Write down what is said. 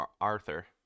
Arthur